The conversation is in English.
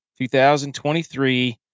2023